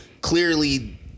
clearly